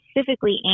specifically